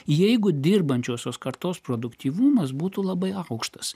jeigu dirbančiosios kartos produktyvumas būtų labai aukštas